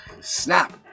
snap